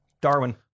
Darwin